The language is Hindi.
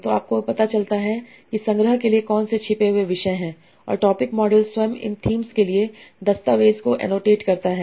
तो आपको पता चलता है कि संग्रह के लिए कौन से छिपे हुए विषय हैं और टॉपिक मॉडल स्वयं इन थीम्स के लिए दस्तावेज़ को एनोटेट करता है